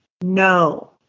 no